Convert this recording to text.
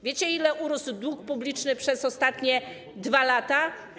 Wiecie, ile urósł dług publiczny przez ostatnie 2 lata?